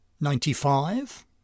Ninety-five